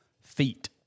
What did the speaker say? feet